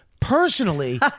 personally